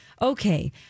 Okay